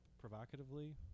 provocatively